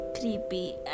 creepy